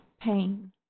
pain